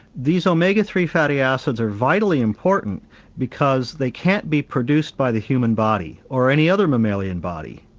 these omega three fatty acids are vitally important because they can't be produced by the human body or any other mammalian body,